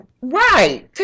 Right